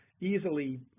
easily